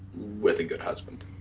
with a good husband.